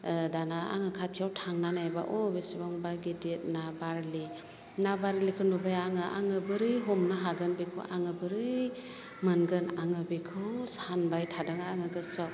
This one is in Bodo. दाना आङो खाथियाव थांनानै दाना अ बिसिबा गिदिर ना बारलि ना बारलिखौ नुबाय आङो आङो बोरै हमनो हागोन बेखौ आङो बोरै मोनगोन आङो बेखौ सानबाय थादों आङो गोसोआव